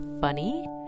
funny